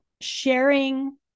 sharing